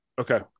Okay